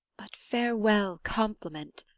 but farewell compliment!